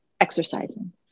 exercising